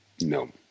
No